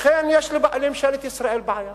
לכן יש לממשלת ישראל בעיה.